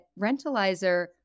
Rentalizer